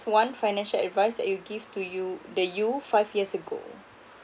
one financial advice that you'll give to you the you five years ago